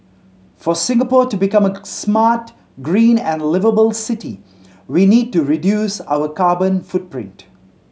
for Singapore to become a smart green and liveable city we need to reduce our carbon footprint